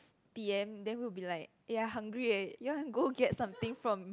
p_m then we'll be like eh I hungry eh you want go get something from